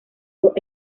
dos